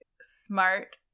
smart